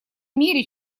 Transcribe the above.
мере